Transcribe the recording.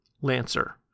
Lancer